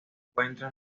encuentra